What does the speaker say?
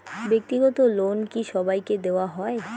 ব্যাক্তিগত লোন কি সবাইকে দেওয়া হয়?